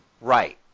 Right